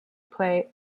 play